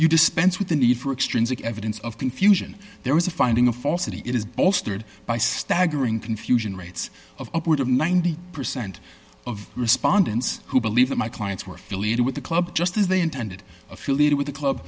you dispense with the need for extrinsic evidence of confusion there is a finding of falsity it is bolstered by staggering confusion rates of upward of ninety percent of respondents who believe that my clients were affiliated with the club just as they intended affiliated with the club